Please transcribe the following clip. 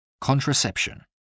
contraception